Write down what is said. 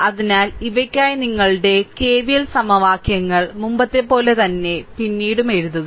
അതിനാൽ ഇവയ്ക്കായി നിങ്ങളുടെ കെവിഎൽ സമവാക്യങ്ങൾ മുമ്പത്തെപ്പോലെ തന്നെ പിന്നീട് എഴുതുക